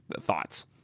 thoughts